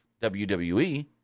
WWE